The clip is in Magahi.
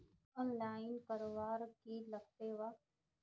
आनलाईन करवार की लगते वा?